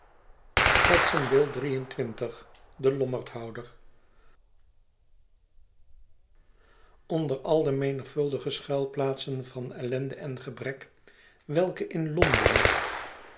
de lommerdhouder onder al de menigvuldige schuilplaatsen van ellende en gebrek welke in londen